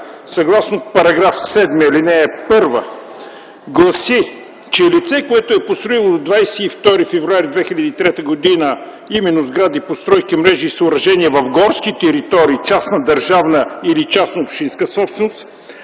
съгласно § 7, ал. 1 гласи, че лице, което е построило до 22 февруари 2003 г. именно сгради, постройки, мрежи и съоръжения в горски територии, частна държавна или частна общинска собственост,